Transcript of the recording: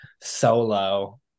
solo